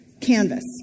canvas